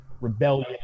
rebellion